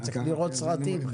אתה צריך לראות סרטים.